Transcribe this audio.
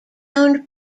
owned